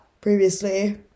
previously